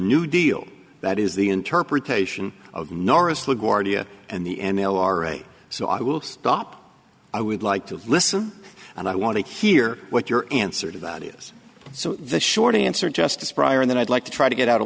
new deal that is the interpretation of norris laguardia and the n l r k so i will stop i would like to listen and i want to hear what your answer to that is so the short answer justice prior to that i'd like to try to get out a